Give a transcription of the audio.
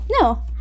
No